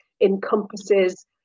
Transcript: encompasses